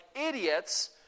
idiots